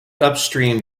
upstream